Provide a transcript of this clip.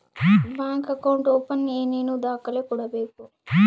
Bank account open ಏನೇನು ದಾಖಲೆ ಕೊಡಬೇಕು?